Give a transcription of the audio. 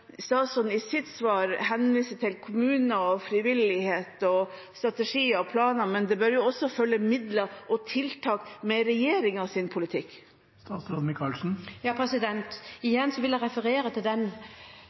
statsråden i sitt svar henviste til kommuner, frivillighet, strategier og planer, men det bør jo også følge midler og tiltak med regjeringens politikk. Igjen vil jeg referere til den